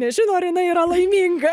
nežino ar jinai yra laiminga